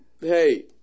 Hey